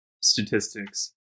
statistics